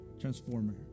transformer